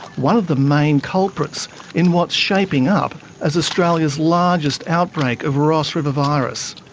one of the main culprits in what's shaping up as australia's largest outbreak of ross river virus.